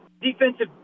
Defensive